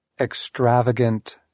Extravagant